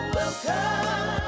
Welcome